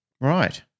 Right